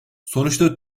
sonuçta